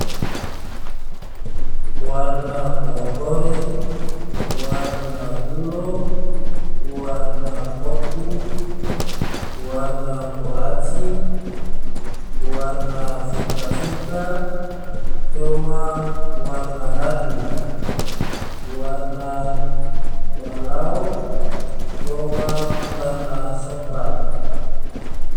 Warna kohori, warna bulo, warna kotu, warna kuraci, warna fika-fika, coma warna dadu, warna balao, coma warna soklat.